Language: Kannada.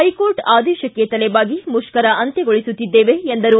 ಹೈಕೋರ್ಟ್ ಆದೇಶಕ್ಕೆ ತಲೆಬಾಗಿ ಮುಷ್ಕರ ಅಂತ್ಯಗೊಳಿಸುತ್ತಿದ್ದೇವೆ ಎಂದರು